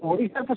ପଇସା ପଛ